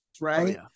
right